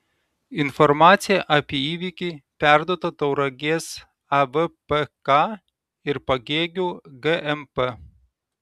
informacija apie įvykį perduota tauragės avpk ir pagėgių gmp